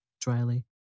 dryly